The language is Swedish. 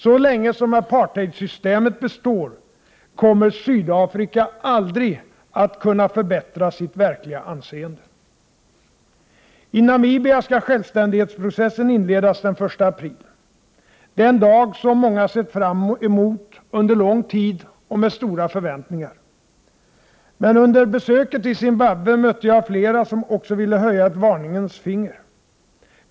Så länge som apartheidsystemet består kommer Sydafrika aldrig att kunna förbättra sitt verkliga anseende. I Namibia skall självständighetsprocessen inledas den 1 april. Det är en dag som många sett fram emot, under lång tid och med stora förväntningar. Men under besöket i Zimbabwe mötte jag flera som också ville höja ett varningens finger.